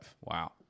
Wow